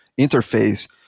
interface